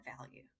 value